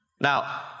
Now